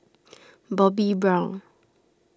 Bobbi Brown